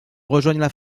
rejoignent